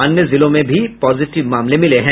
अन्य जिलों में भी पॉजिटिव मामले मिले हैं